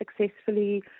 successfully